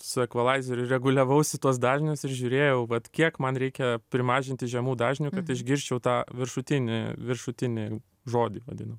su ekvalaizeriu reguliavau tuos dažnius ir žiūrėjau vat kiek man reikia mažinti žemų dažnių kad išgirsčiau tą viršutinį viršutinį žodį vadinu